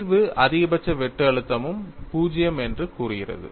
தீர்வு அதிகபட்ச வெட்டு அழுத்தமும் 0 என்று கூறுகிறது